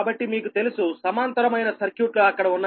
కాబట్టి మీకు తెలుసు సమాంతరమైన సర్క్యూట్లు అక్కడ ఉన్నవి